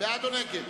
בעד או נגד?